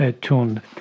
tuned